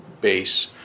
base